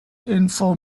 info